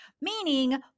meaning